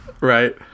Right